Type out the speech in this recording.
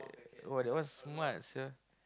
!wah! that one smart sia